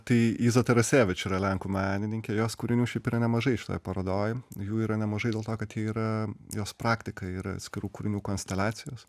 tai iza tarasevič yra lenkų menininkė jos kūrinių šiaip yra nemažai šitoj parodoj jų yra nemažai dėl to kad jie yra jos praktika yra atskirų kūrinių konsteliacijos